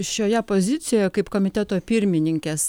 šioje pozicijoje kaip komiteto pirmininkės